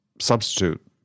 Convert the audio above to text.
substitute